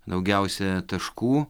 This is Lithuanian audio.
daugiausia taškų